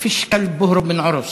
"פיש כַּלב בוהרובּ מן עורוש"